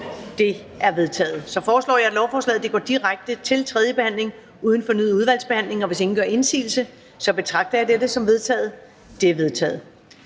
De er vedtaget. Så foreslår jeg, at lovforslaget går direkte til tredje behandling uden fornyet udvalgsbehandling. Og hvis ingen gør indsigelse, betragter jeg dette som vedtaget. Det er vedtaget.